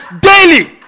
daily